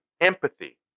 empathy